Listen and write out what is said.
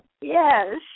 Yes